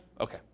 Okay